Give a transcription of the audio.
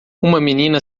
menina